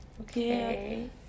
Okay